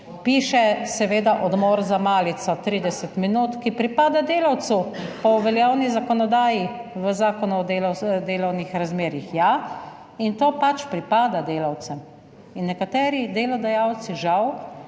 Piše seveda odmor za malico 30 min, ki pripada delavcu po veljavni zakonodaji v Zakonu o delovnih razmerjih. Ja? In to pač pripada delavcem in nekateri delodajalci žal,